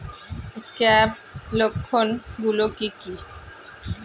Scab লক্ষণ গুলো কি কি?